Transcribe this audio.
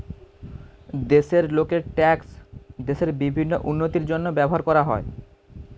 দেশের লোকের ট্যাক্স দেশের বিভিন্ন উন্নতির জন্য ব্যবহার করা হয়